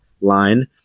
line